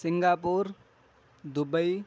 Singapore Dubai